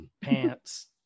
Pants